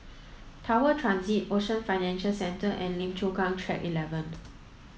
Tower Transit Ocean Financial Centre and Lim Chu Kang Track eleven